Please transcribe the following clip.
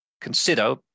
consider